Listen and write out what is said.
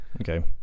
Okay